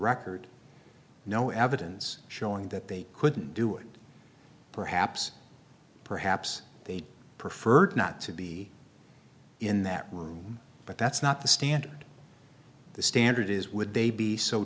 record no evidence showing that they couldn't do it perhaps perhaps they preferred not to be in that room but that's not the standard the standard is would they be so